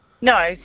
No